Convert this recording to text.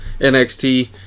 NXT